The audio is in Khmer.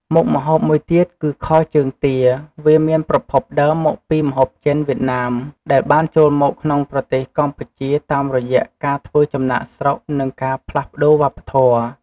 មុខម្ហូបមួយទៀតគឺខជើងទា វាមានប្រភពដើមមកពីម្ហូបចិន-វៀតណាម ដែលបានចូលមកក្នុងប្រទេសកម្ពុជាតាមរយៈការធ្វើចំណាកស្រុក និងការផ្លាស់ប្តូរវប្បធម៌។